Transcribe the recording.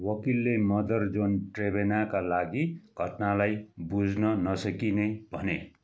वकिलले mother John ट्रेभेनाका लागि घटनालाई बुझ्न नसकिने भने